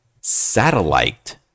Satellite